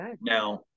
now